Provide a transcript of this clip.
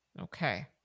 Okay